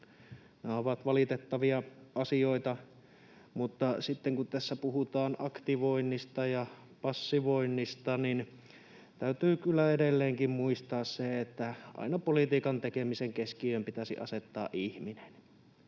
Nämä ovat valitettavia asioita, mutta sitten kun tässä puhutaan aktivoinnista ja passivoinnista, niin täytyy kyllä edelleenkin muistaa se, että aina politiikan tekemisen keskiöön pitäisi asettaa ihminen.